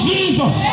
Jesus